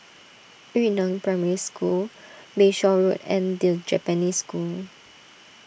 Yu Neng Primary School Bayshore Road and the Japanese School